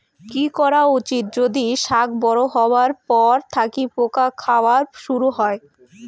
কি করা উচিৎ যদি শাক বড়ো হবার পর থাকি পোকা খাওয়া শুরু হয়?